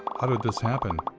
how did this happen?